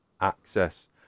Access